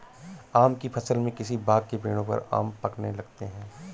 आम की फ़सल में किसी बाग़ के पेड़ों पर आम पकने लगते हैं